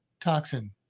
toxin